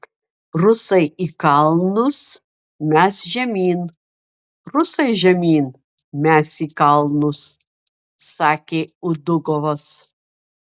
rusai į kalnus mes žemyn rusai žemyn mes į kalnus sakė udugovas